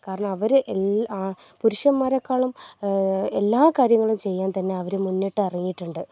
കാരണം അവർ പുരുഷന്മാരെക്കാളും എല്ലാ കാര്യങ്ങളും ചെയ്യാൻ തന്നെ അവർ മുന്നിട്ടിറങ്ങിയിട്ടുണ്ട്